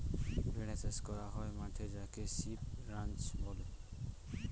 ভেড়া চাষ করা হয় মাঠে যাকে সিপ রাঞ্চ বলে